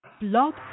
Blog